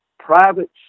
private